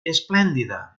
esplèndida